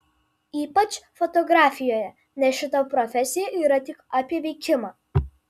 ypač fotografijoje nes šita profesija yra tik apie veikimą